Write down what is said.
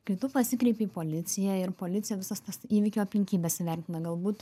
kai tu pasikreipi į policiją ir policija visas tas įvykio aplinkybes įvertina galbūt